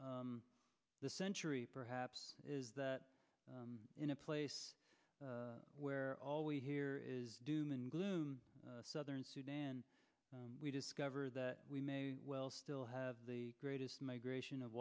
the century perhaps is that in a place where all we hear is doom and gloom southern sudan we discover that we may well still have the greatest migration of